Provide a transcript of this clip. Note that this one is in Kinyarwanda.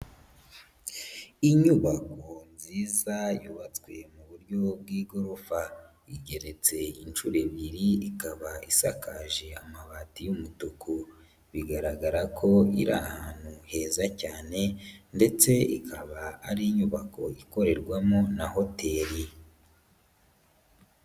Inyubako nziza yubatswe mu buryo bw'igorofa igeretse inshuro ebyiri, ikaba isakaje amabati y'umutuku, bigaragara ko iri ahantu heza cyane ndetse ikaba ari inyubako ikorerwamo na hoteri.